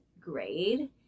grade